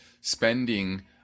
spending